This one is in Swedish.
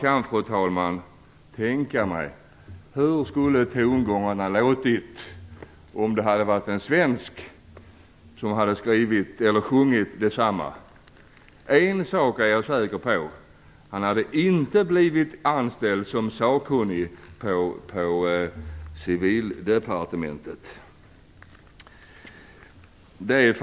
Jag kan tänka mig hur tongångarna skulle ha låtit om det hade varit en svensk som hade sjungit detsamma. En sak är jag säker på: Han hade inte blivit anställd som sakkunnig på Civildepartementet.